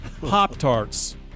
Pop-Tarts